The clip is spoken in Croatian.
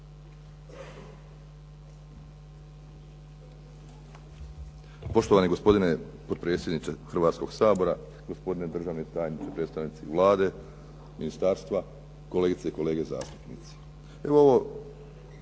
Poštovani gospodine potpredsjedniče Hrvatskog sabora, gospodine državni tajniče, predstavnici Vlade, ministarstva, kolegice i kolege zastupnici.